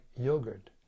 yogurt